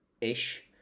ish